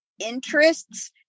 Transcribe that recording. interests